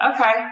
okay